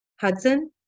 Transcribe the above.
Hudson